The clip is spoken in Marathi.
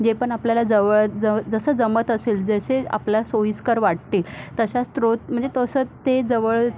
जे पण आपल्याला जवळ जसं जमत असेल जसे आपल्या सोयीस्कर वाटतील तशाच स्त्रोत म्हणजे तसं ते जवळ